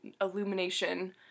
illumination